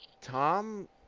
Tom